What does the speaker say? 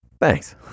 Thanks